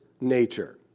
nature